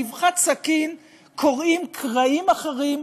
באבחת סכין קורעים קרעים אחרים,